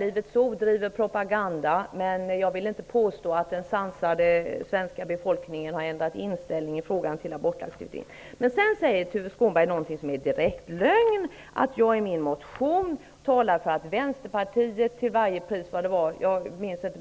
Livets ord bedriver propaganda, men jag vill inte påstå att den sansade svenska befolkningen har ändrat inställning i fråga om abortlagstiftningen. Sedan säger Tuve Skånberg något som är en direkt lögn, nämligen att jag i min motion talar för att Vänsterpartiet till varje pris skall bevara eller slåss för -- jag minns inte